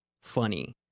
funny